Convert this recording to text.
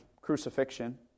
crucifixion